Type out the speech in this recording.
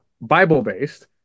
Bible-based